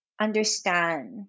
understand